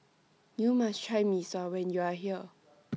YOU must Try Mee Sua when YOU Are here